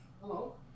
hello